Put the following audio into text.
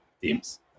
themes